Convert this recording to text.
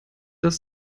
das